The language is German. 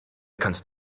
kannst